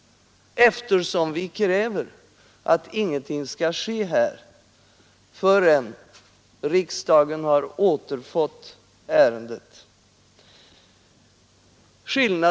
Utskottet skriver nämligen att ingenting skall ske förrän riksdagen har återfått ärendet.